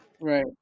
Right